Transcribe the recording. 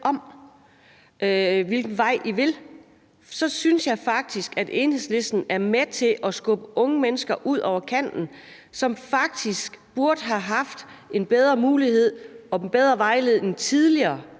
om, hvilken vej I vil. Så synes jeg faktisk, at Enhedslisten er med til at skubbe unge mennesker ud over kanten, som burde have haft en bedre mulighed og bedre vejledning tidligere,